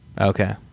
Okay